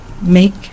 Make